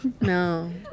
No